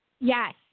Yes